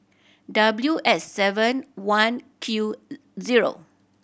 W S seven one Q zero